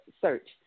search